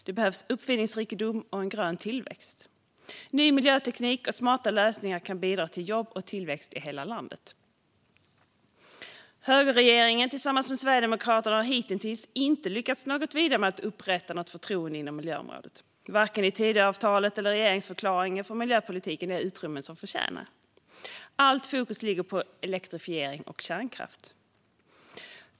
Det behövs uppfinningsrikedom och en grön tillväxt. Ny miljöteknik och smarta lösningar kan bidra till jobb och tillväxt i hela landet. Högerregeringen tillsammans med Sverigedemokraterna har hittills inte lyckats något vidare med att upprätta ett förtroende inom miljöområdet. Varken i Tidöavtalet eller i regeringsförklaringen får miljöpolitiken det utrymme den förtjänar. Allt fokus ligger på elektrifiering och kärnkraft.